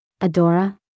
Adora